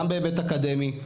גם בהיבט אקדמי,